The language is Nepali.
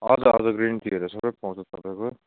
हजुर हजुर ड्रिङ्क तीहरू सबै पाउँछ तपाईँको